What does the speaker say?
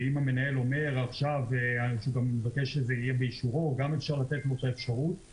ואם המנהל אומר שהוא מבקש שזה יהיה באישורו גם אפשר לתת לו את האפשרות,